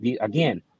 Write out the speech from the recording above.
again